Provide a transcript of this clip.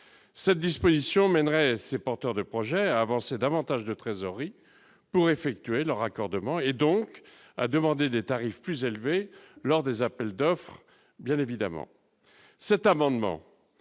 cette disposition mènerait ces porteurs de projet davantage de trésorerie pour effectuer le raccordement et donc à demander des tarifs plus élevés lors des appels d'offres, bien évidemment,